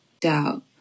doubt